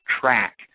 track